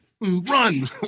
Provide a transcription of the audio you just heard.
run